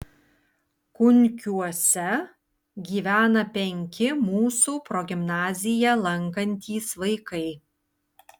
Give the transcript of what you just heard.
kunkiuose gyvena penki mūsų progimnaziją lankantys vaikai